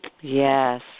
Yes